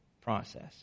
process